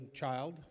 child